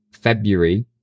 february